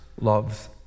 loves